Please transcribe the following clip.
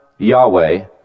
Yahweh